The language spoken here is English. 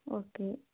okay